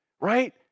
right